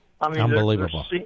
Unbelievable